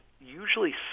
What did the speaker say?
usually